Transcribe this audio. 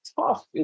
tough